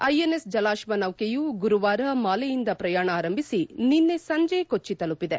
INS Jalashwa ನೌಕೆಯು ಗುರುವಾರ ಮಾಲೆಯಿಂದ ಪ್ರಯಾಣ ಆರಂಭಿಸಿ ನಿನ್ನೆ ಸಂಜೆ ಕೊಚ್ಚಿ ತಲುಪಿದೆ